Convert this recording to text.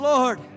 Lord